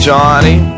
Johnny